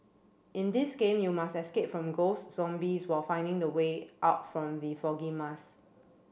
in this game you must escape from ghosts zombies while finding the way out from the foggy